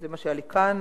זה מה שהיה לי כאן.